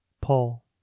Paul